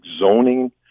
zoning